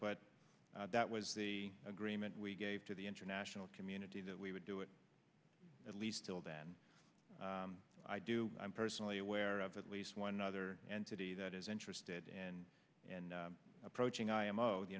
but that was the agreement we gave to the international community that we would do it at least till then i do i'm personally aware of at least one other entity that is interested in and approaching imo the